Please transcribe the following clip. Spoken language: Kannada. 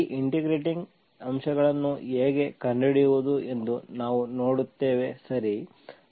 ಈ ಇಂಟಿಗ್ರೇಟಿಂಗ್ ಅಂಶಗಳನ್ನು ಹೇಗೆ ಕಂಡುಹಿಡಿಯುವುದು ಎಂದು ನಾವು ನೋಡುತ್ತೇವೆ ಸರಿ